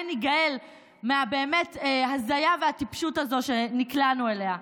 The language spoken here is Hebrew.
ניגאל מההזיה והטיפשות הזאת שנקלענו אליה: